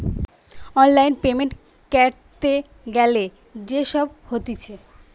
online payment ক্যরতে গ্যালে যে সব হতিছে